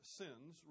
sins